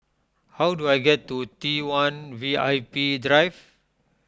how do I get to T one V I P Drive